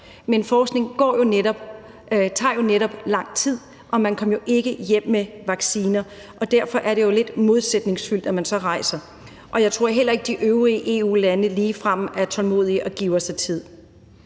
Men forskning tager jo netop lang tid, og man kom jo ikke hjem med vacciner. Derfor er det jo lidt modsætningsfyldt, at man så rejser. Jeg tror heller ikke, at de øvrige EU-lande ligefrem er tålmodige og giver sig tid.